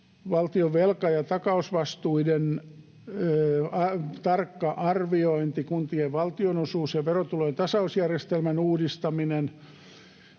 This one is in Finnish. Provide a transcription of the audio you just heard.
valtion velka- ja takausvastuiden tarkka arviointi, kuntien valtionosuus ja verotulojen tasausjärjestelmän uudistaminen.